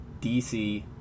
DC